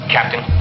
Captain